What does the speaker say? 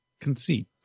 conceit